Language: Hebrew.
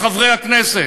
מחברי הכנסת.